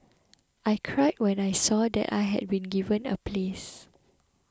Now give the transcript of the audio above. I cried when I saw that I had been given a place